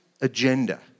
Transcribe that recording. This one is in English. agenda